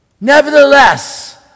Nevertheless